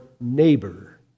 neighbor